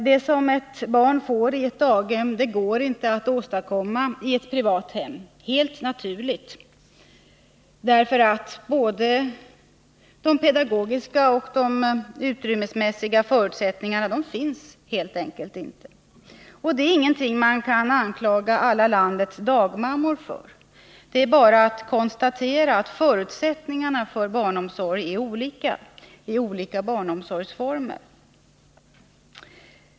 Det som ett barn får i ett daghem går inte att åstadkomma i ett privat hem, något som är helt naturligt, eftersom både de pedagogiska och de utrymmesmässiga förutsättningarna helt enkelt saknas i ett privat familjedaghem. Det är ingenting man kan anklaga alla landets dagmammor för. Det är bara att konstatera att förutsättningarna för barnomsorgen är olika i olika barnomsorgsformer.